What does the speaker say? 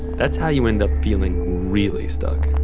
that's how you end up feeling really stuck.